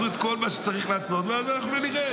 עשו את כל מה שצריך לעשות ואז אנחנו נרד.